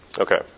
Okay